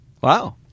Wow